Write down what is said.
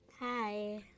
Hi